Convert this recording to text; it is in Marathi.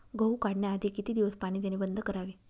गहू काढण्याआधी किती दिवस पाणी देणे बंद करावे?